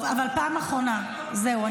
פעם אחרונה, זהו.